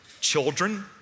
Children